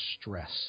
stress